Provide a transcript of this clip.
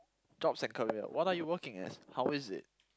jobs and career what are you working as how is it